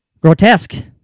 Grotesque